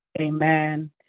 Amen